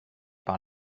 par